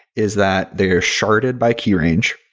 is that they are sharded by key range.